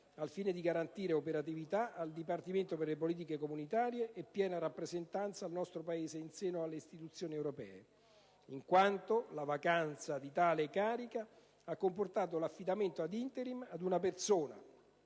al fine di garantire operatività al Dipartimento per le politiche comunitarie e piena rappresentanza al nostro Paese in seno alle istituzioni europee in quanto la vacanza di tale carica ha comportato l'affidamento *ad* *interim* ad una persona